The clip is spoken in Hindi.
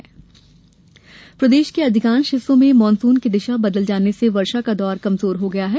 मौसम प्रदेश के अधिकांश हिस्सों में मानसून की दिशा बदल जाने से वर्षा का दौर कमजोर हो गया है